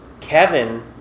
Kevin